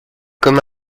comme